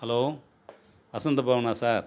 hello வசந்தபவனா sir